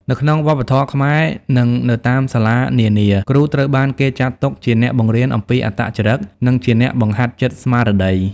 នៅក្នុងវប្បធម៌ខ្មែរនិងនៅតាមសាលានានា គ្រូត្រូវបានគេចាត់ទុកជាអ្នកបង្រៀនអំពីអត្តចរិតនិងជាអ្នកបង្ហាត់ចិត្តស្មារតី។